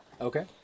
Okay